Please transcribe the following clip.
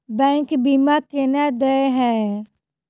Bank बीमा केना देय है?